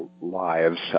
lives